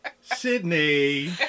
Sydney